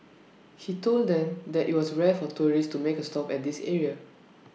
he told them that IT was rare for tourists to make A stop at this area